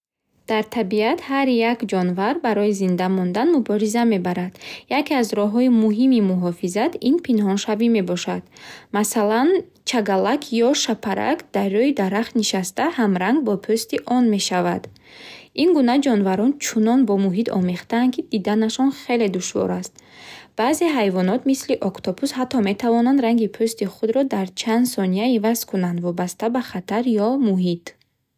Дар табиат ҳар як ҷонвар барои зинда мондан мубориза мебарад. Яке аз роҳҳои муҳими муҳофизат ин пинҳоншавӣ мебошад. Масалан, чагалак ё шабпарак дар рӯи дарахт нишаста, ҳамранг бо пӯсти он мешавад. Ин гуна ҷонварон чунон бо муҳит омехтаанд, ки диданашон хеле душвор аст. Баъзе ҳайвонот, мисли октопус, ҳатто метавонанд ранги пӯсти худро дар чанд сония иваз кунанд вобаста ба хатар ё муҳит.